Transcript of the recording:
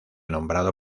nombrado